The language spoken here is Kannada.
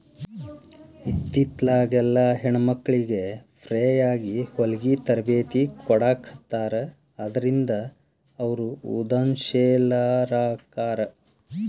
ಇತ್ತಿತ್ಲಾಗೆಲ್ಲಾ ಹೆಣ್ಮಕ್ಳಿಗೆ ಫ್ರೇಯಾಗಿ ಹೊಲ್ಗಿ ತರ್ಬೇತಿ ಕೊಡಾಖತ್ತಾರ ಅದ್ರಿಂದ ಅವ್ರು ಉದಂಶೇಲರಾಕ್ಕಾರ